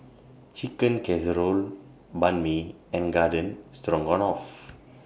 Chicken Casserole Banh MI and Garden Stroganoff